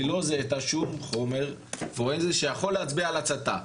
היא לא זיהתה שום חומר פורנזי שיכול להצביע על הצתה.